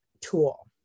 tool